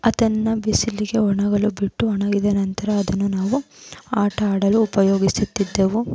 ಅದನ್ನು ಬಿಸಿಲಿಗೆ ಒಣಗಲು ಬಿಟ್ಟು ಒಣಗಿದ ನಂತರ ಅದನ್ನು ನಾವು ಆಟ ಆಡಲು ಉಪಯೋಗಿಸುತ್ತಿದ್ದೆವು